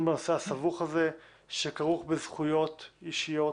בנושא הסבוך הזה שכרוך בזכויות אישיות